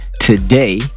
today